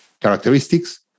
characteristics